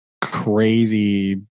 crazy